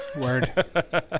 Word